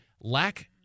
lack